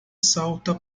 salta